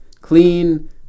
clean